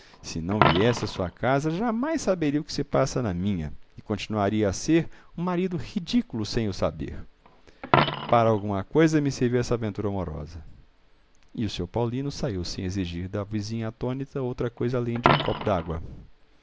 se não viesse à sua casa jamais saberia o que se passa na minha e continuaria a ser um marido ridículo sem o saber para alguma coisa me serviu essa aventura amorosa e o sr paulino saiu sem exigir da vizinha atônita outra coisa além de um copo d'água